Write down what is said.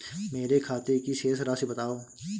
मेरे खाते की शेष राशि बताओ?